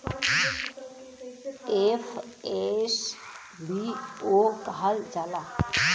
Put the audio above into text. FSBO कहल जाला